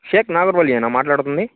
షేక్ నాగుల్ వలి ఏనా మాట్లాడుతుంది